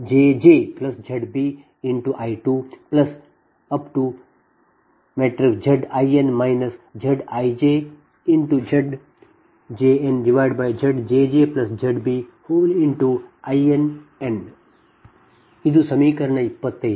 ಆದ್ದರಿಂದ ನೀವು ಬದಲಿಸಿದರೆ ನಿಮ್ಮ ViZi1 ZijZj1ZjjZbI1Zi2 ZijZj2ZjjZbI2Zin ZijZjnZjjZbInn ಇದು ಸಮೀಕರಣ 25